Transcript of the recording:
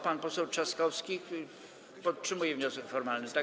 Pan poseł Trzaskowski podtrzymuje wniosek formalny, tak?